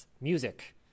music